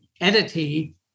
entity